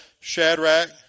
Shadrach